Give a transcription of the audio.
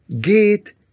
gate